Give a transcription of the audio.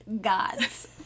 gods